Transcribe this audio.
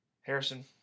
Harrison